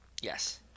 Yes